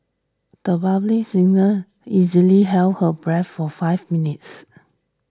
the violin singer easily held her breath for five minutes